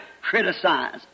criticize